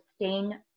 sustain